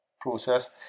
process